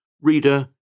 reader